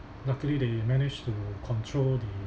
luckily they managed to control the